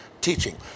teaching